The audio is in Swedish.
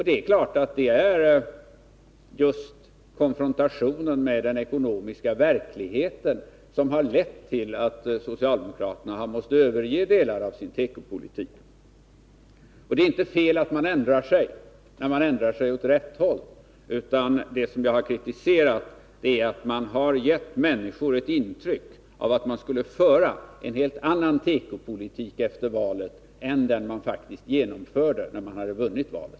Det är klart att det är just konfrontationen med den ekonomiska verkligheten som har lett till att socialdemokraterna har måst överge delar av sin tekopolitik. Det är inte fel att ändra sig när man ändrar sig åt rätt håll. Det jag har kritiserat är att socialdemokraterna gett människor intrycket att de skulle föra en helt annan tekopolitik efter valet än den de faktiskt har fört efter det att de vann valet.